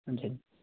ਹਾਂਜੀ ਹਾਂਜੀ